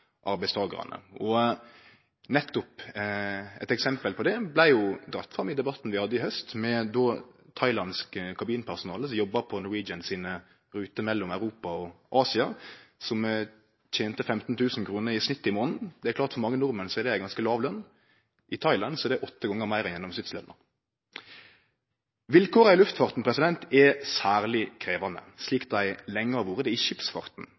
arbeidstakarane. Nettopp eit eksempel på det vart dratt fram i debatten vi hadde i haust, med thailandsk kabinpersonale som jobba på Norwegians rute mellom Europa og Asia, som tente 15 000 kr i snitt i månaden. Det er klart at for mange nordmenn er det ei ganske låg løn, men i Thailand er det åtte gonger meir enn gjennomsnittsløna. Vilkåra i luftfarten er særleg krevjande, slik dei lenge har vore det i skipsfarten.